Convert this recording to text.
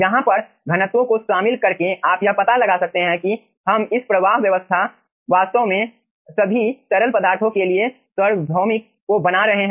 यहाँ पर घनत्वों को शामिल करके आप यह पता लगा सकते हैं कि हम इस प्रवाह व्यवस्था वास्तव में सभी तरल पदार्थों के लिए सार्वभौमिक को बना रहे हैं